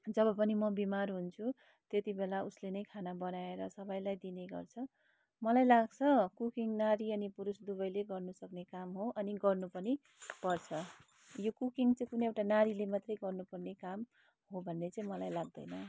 जब पनि म बिमार हुन्छु त्यति बेला उसले नै खाना बनाएर सबैलाई दिने गर्छ मलाई लाग्छ कुकिङ नारी अनि पुरुष दुवैले गर्नुसक्ने काम हो अनि गर्नु पनि पर्छ यो कुकिङ चाहिँ कुनै एउटा नारीले मात्रै गर्नु पर्ने काम हो भन्ने चाहिँ मलाई लाग्दैन